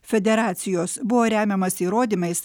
federacijos buvo remiamasi įrodymais